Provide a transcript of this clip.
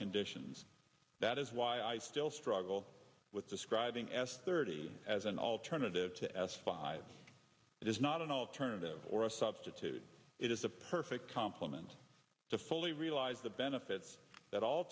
conditions that is why i still struggle with describing s thirty as an alternative to s five it is not an alternative or a substitute it is a perfect complement to fully realize the benefits that all